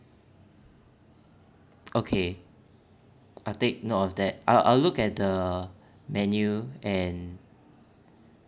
okay I take note of that I'll I'll look at the menu and